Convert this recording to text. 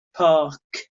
park